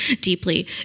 deeply